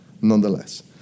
nonetheless